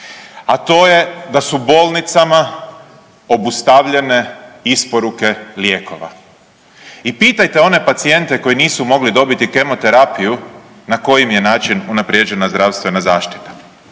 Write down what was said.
a to je da su bolnicama obustavljene isporuke lijekova. I pitajte one pacijente koji nisu mogli dobiti kemoterapiju na koji im je način unaprijeđena zdravstvena zaštita.